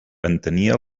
entenia